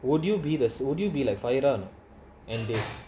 would you be this would you be like fired on and they